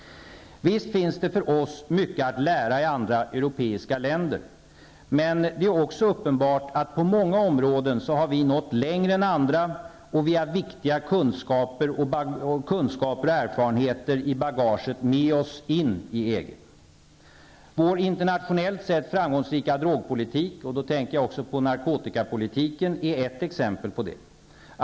Visst finns det för oss mycket att lära i andra europeiska länder. Men det är också uppenbart att på många områden har vi nått längre än andra, och vi har viktiga kunskaper och erfarenheter i bagaget med oss in i EG. Vår internationellt sett framgångsrika drogpolitik -- och då tänker jag också på narkotikapolitiken -- är ett exempel på det.